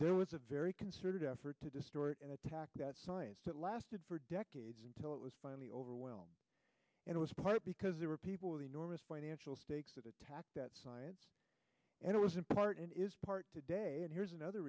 there was a very concerted effort to distort and attack that science that lasted for decades until it was finally overwhelmed it was part because there were people with enormous financial stakes that attack that science and it was in part and is part today and here's another